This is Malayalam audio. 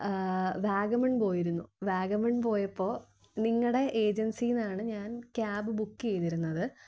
വാഗമൺ പോയിരുന്നു വാഗമൺ പോയപ്പോൾ നിങ്ങളുടെ ഏജൻസിയിൽ നിന്നാണ് ഞാൻ ക്യാബ് ബുക്ക് ചെയ്തിരുന്നത്